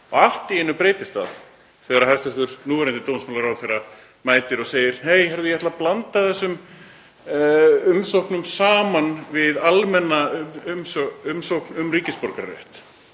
allt í einu breytist það þegar hæstv. núverandi dómsmálaráðherra mætir og segir: Hey, ég ætla að blanda þessum umsóknum saman við almenna umsókn um ríkisborgararétt,